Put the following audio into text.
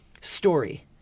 story